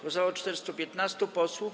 Głosowało 415 posłów.